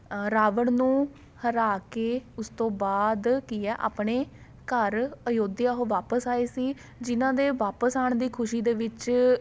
ਰਾਵਣ ਨੂੰ ਹਰਾ ਕੇ ਉਸ ਤੋਂ ਬਾਅਦ ਕੀ ਹੈ ਆਪਣੇ ਘਰ ਅਯੋਧਿਆ ਉਹ ਵਾਪਸ ਆਏ ਸੀ ਜਿਹਨਾਂ ਦੇ ਵਾਪਸ ਆਉਣ ਦੀ ਖੁਸ਼ੀ ਦੇ ਵਿੱਚ